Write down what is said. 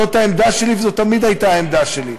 זאת העמדה שלי וזאת תמיד הייתה העמדה שלי.